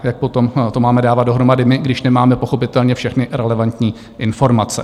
Jak potom to máme dávat dohromady my, když nemáme pochopitelně všechny relevantní informace?